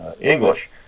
English